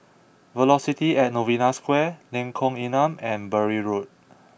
Velocity at Novena Square Lengkong Enam and Bury Road